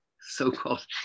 so-called